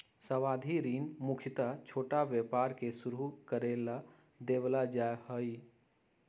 सावधि ऋण मुख्यत छोटा व्यापार के शुरू करे ला देवल जा हई